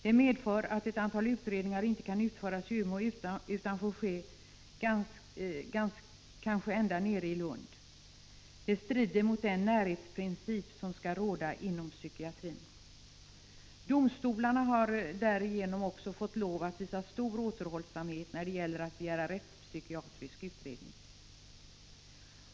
Detta medför att ett antal utredningar inte kan utföras i Umeå utan får ske kanske ända nere i Lund. Det strider mot den närhetsprincip som skall råda inom psykiatrin. Domstolarna har därigenom också fått lov att visa stor återhållsamhet när det gäller att begära rättspsykiatrisk utredning.